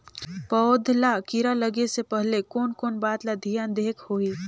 पौध ला कीरा लगे से पहले कोन कोन बात ला धियान देहेक होही?